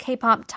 K-pop